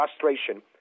frustration